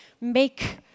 make